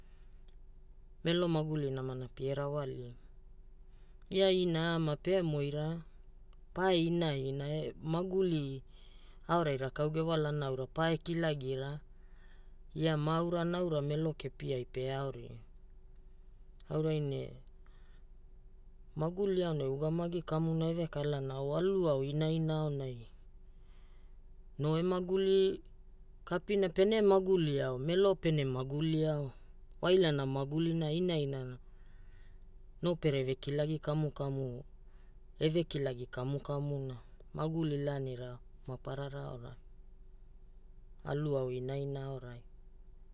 Melo maguli namana pia rawali, ia ina ama pe moira pae inaina, maguli aorai rakau ewalana pae kilagira, ia maaura melo kepiai pe aora. Aurai ne maguli aonai ugamagi kauna evekalana wa alu ao inaina oanai, no emaguli kaina pene maguli ao, melo pene maguli aoo. Wailana magulina inainaira, noo pere vekilagi kamukamu, eve kilai kamu kamuna maguli laanira maparara aorai, aluao inainara aorai